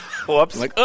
Whoops